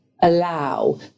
allow